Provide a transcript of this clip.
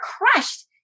crushed